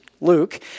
Luke